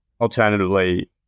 alternatively